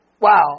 Wow